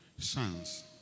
Sons